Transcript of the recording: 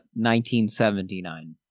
1979